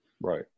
Right